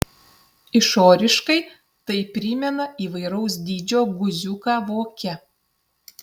išoriškai tai primena įvairaus dydžio guziuką voke